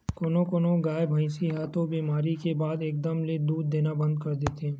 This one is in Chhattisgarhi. कोनो कोनो गाय, भइसी ह तो बेमारी के बाद म एकदम ले दूद देना बंद कर देथे